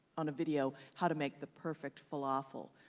on a video how to make the perfect falafel.